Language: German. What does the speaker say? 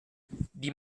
die